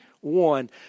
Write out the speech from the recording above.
one